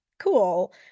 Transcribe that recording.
cool